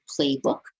playbook